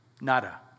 nada